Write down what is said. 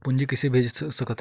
पूंजी कइसे भेज सकत हन?